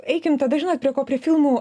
eikim tada žinot prie ko prie filmų